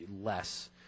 less